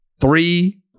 three